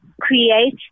create